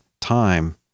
time